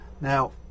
Now